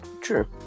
true